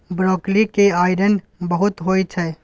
broccoli मे iron बहुत होइ छै